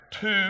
Two